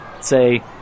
say